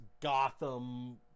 Gotham